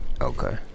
Okay